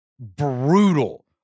Brutal